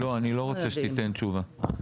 לא, אני לא רוצה שתיתן תשובה.